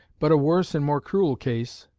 but a worse and more cruel case,